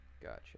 Gotcha